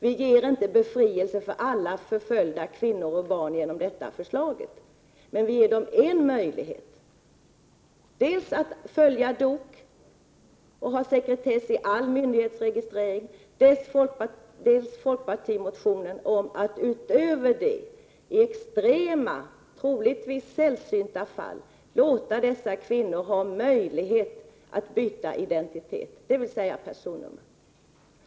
Vi ger inte befrielse för alla förföljda kvinnor och barn genom detta förslag, men vi ger dem en möjlighet. Det gör vi genom att dels följa DOK:s förslag att ha sekretess i all 85 myndighetsregistrering, dels följa folkpartimotionen om att, utöver det, i extrema — troligtvis sällsynta — fall låta dessa kvinnor ha möjlighet att byta identitet, dvs. personnummer.